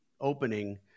opening